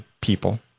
people